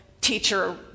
teacher